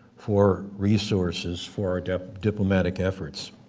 for resources for our diplomatic efforts.